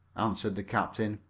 answered the captain.